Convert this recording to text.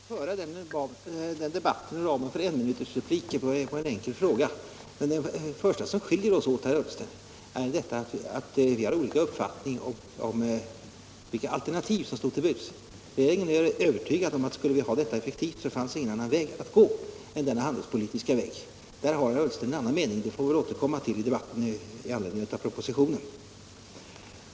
Herr talman! Det är inte möjligt att föra den här debatten med enminutersrepliker inom ramen för en fråga. Det första som skiljer oss åt, herr Ullsten, är att vi har olika uppfattning om vilka alternativ som stod till buds. Regeringen är övertygad om att det, om vi ville lösa problemet effektivt, inte fanns någon annan väg att gå än denna handelspolitiska väg. Där har herr Ullsten en annan mening, men vi får väl återkomma till den debatten med anledning av propositionen.